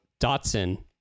Dotson